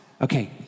okay